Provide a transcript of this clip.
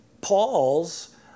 Paul's